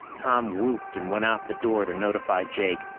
tom whooped and went out the door to notify jake.